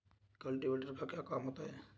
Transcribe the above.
Cultivator का क्या काम होता है?